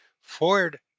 Ford